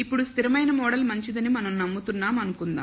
ఇప్పుడు స్థిరమైన మోడల్ మంచిదని మనం నమ్ముతున్నాం అనుకుందాం